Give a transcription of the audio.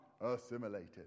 assimilated